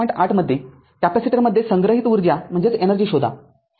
८ मध्ये कॅपेसिटरमध्ये संग्रहित उर्जा शोधा